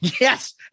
yes